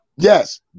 Yes